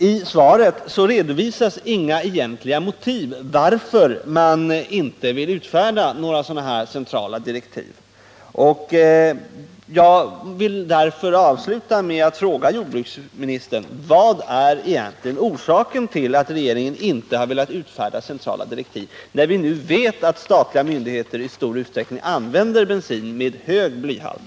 I svaret redovisas inga egentliga motiv till varför man inte vill utfärda några centrala direktiv, och därför vill jag avsluta med att fråga jordbruksministern: Vad är egentligen orsaken till att regeringen inte har velat utfärda centrala direktiv, när vi nu vet att statliga myndigheter i stor utsträckning använder bensin med hög blyhalt?